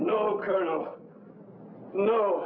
no no